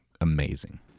amazing